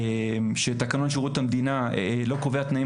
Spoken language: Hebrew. ושתקנון שירות המדינה לא קובע תנאים